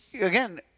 again